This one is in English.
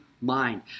mind